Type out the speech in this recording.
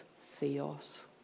Theos